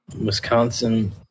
Wisconsin